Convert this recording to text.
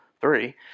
three